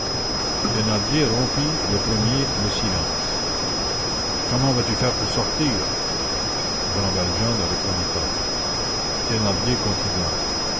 thénardier rompit le premier le silence comment vas-tu faire pour sortir jean valjean ne répondit pas thénardier continua